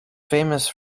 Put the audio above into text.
famous